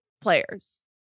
players